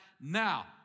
now